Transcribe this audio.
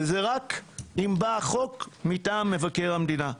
וזה רק אם בא החוק מטעם מבקר המדינה.